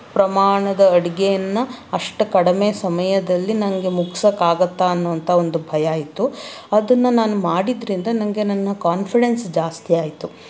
ಪ್ರಮಾಣದ ಅಡುಗೇನ ಅಷ್ಟು ಕಡಿಮೆ ಸಮಯದಲ್ಲಿ ನನಗೆ ಮುಗ್ಸೋಕ್ಕೆ ಆಗತ್ತಾ ಅನ್ನೋವಂಥ ಒಂದು ಭಯ ಇತ್ತು ಅದನ್ನು ನಾನು ಮಾಡಿದ್ರಿಂದ ನನಗೆ ನನ್ನ ಕಾನ್ಫಿಡೆನ್ಸ್ ಜಾಸ್ತಿ ಆಯಿತು